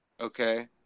Okay